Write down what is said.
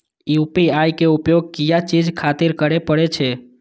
UPI के उपयोग किया चीज खातिर करें परे छे?